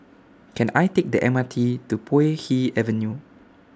Can I Take The M R T to Puay Hee Avenue